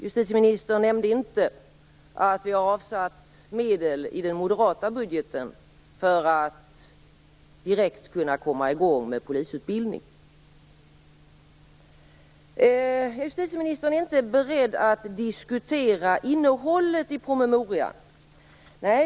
Justitieministern nämnde inte att vi har avsatt medel i den moderata budgeten för att direkt kunna komma i gång med polisutbildning. Justitieministern är inte beredd att diskutera innehållet i promemorian.